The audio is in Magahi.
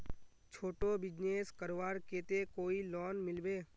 छोटो बिजनेस करवार केते कोई लोन मिलबे?